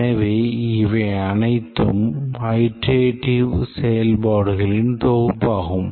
எனவே இவை அனைத்தும் அயிட்ரேடிவ் செயல்பாடுகளின் தொகுப்பாகும்